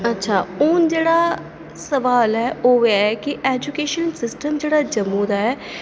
अच्छा हून जेह्ड़ा सोआल ऐ ओह् ऐ की ऐजूकेशन सिस्टम जेह्ड़ा जम्मू दा ऐ